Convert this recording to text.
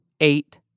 eight